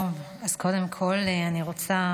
קודם כול, אני רוצה